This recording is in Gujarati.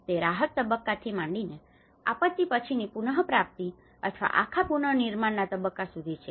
તે રાહત તબક્કાથી માંડીને આપત્તિ પછીની પુનપ્રાપ્તિ અથવા આખા પુનર્નિર્માણના તબક્કા સુધી છે